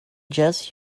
just